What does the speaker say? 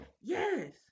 Yes